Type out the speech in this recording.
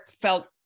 felt